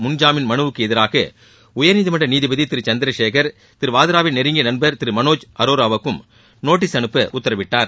முன்ஜாமீன் மனுவுக்கு எதிராக உயர்நீதிமன்ற நீதிபதி திரு சந்திரசேகள் திரு வாத்ராவிள் நெருங்கிய நண்பர் திரு மனோஜ் அரோராவுக்கும் நோட்டீஸ் அனுப்ப உத்தரவிட்டார்